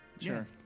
sure